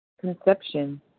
conception